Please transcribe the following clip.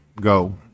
Go